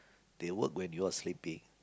they work when you are sleeping